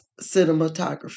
cinematography